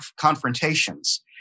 confrontations